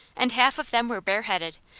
and half of them were bareheaded,